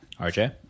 RJ